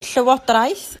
llywodraeth